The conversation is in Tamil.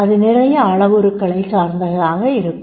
அது நிறைய அளவுருக்களை சார்ந்ததாகவும் இருக்கும்